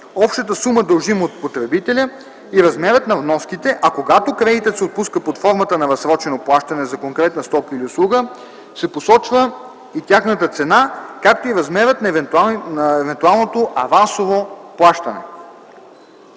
общата сума, дължима от потребителя и размерът на вноските. А когато кредитът се отпуска под формата на разсрочено плащане за конкретна стока или услуга се посочва и тяхната цена, както и размерът на евентуалното авансово плащане.